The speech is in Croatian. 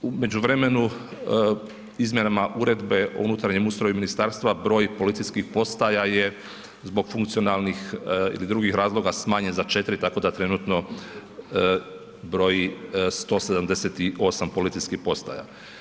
U međuvremenu izmjenama Uredbe o unutarnjem ustroju ministarstva, broj policijskih postaja zbog funkcionalnih i drugih razloga, smanjen za 4 tako da trenutno broji 178 policijskih postaja.